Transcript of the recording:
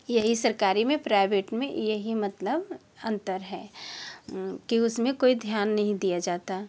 यही सरकारी में प्राइवेट में यही मतलब अंतर है कि उसमें कोई ध्यान नहीं दिया जाता